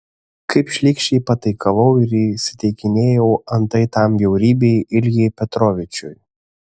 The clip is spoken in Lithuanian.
kaip šlykščiai pataikavau ir įsiteikinėjau antai tam bjaurybei iljai petrovičiui